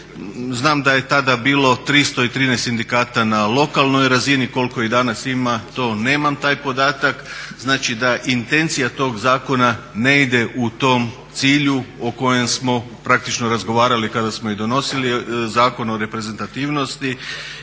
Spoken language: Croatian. Znam da je tada bilo 313 sindikata na lokalnoj razini, koliko ih danas ima to nemam taj podatak. Znači da intencija tog zakona ne ide u tom cilju o kojem smo praktično razgovarali kada smo i donosili Zakon o reprezentativnosti